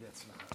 בהצלחה.